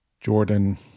Jordan